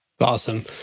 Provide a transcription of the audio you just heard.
Awesome